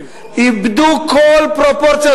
איבדו כל פרופורציה,